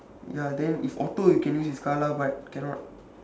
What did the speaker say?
ya then if auto you can use his car lah but cannot